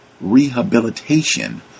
rehabilitation